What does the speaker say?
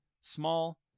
small